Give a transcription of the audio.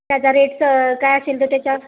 त्याच्या रेटचं काय असेल तर त्याच्या